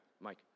Mike